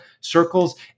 circles